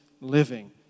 living